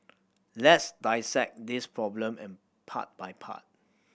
let's dissect this problem and part by part